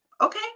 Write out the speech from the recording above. okay